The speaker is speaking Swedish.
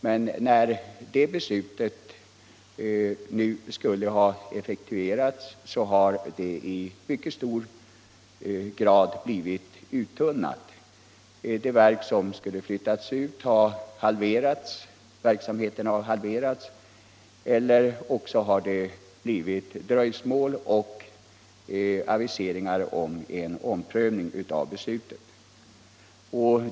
Men när det beslutet nu skulle ha effektuerats har det i mycket hög grad blivit uttunnat: verksamheten vid de verk som skulle flyttas ut har halverats eller också har det blivit dröjsmål och aviseringar om omprövning av beslutet.